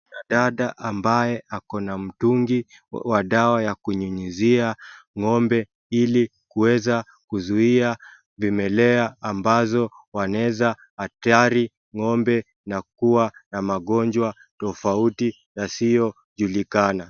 Dada ambaye akona mtungi wa dawa ya kunyunyizia ng'ombe ili kuweza kuzuia vimelea ambao wanaeza hathari ng'ombe na kua na magonjwa tofauti yasiojulikana